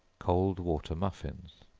cold water muffins.